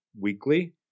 weekly